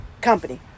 company